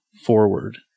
forward